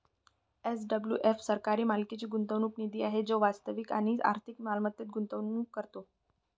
SWF सरकारी मालकीचा गुंतवणूक निधी आहे जो वास्तविक आणि आर्थिक मालमत्तेत गुंतवणूक करतो